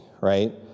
right